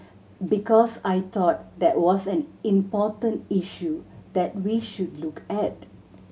because I thought that was an important issue that we should look at